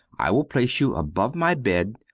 i will place you above my bed,